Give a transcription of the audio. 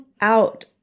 out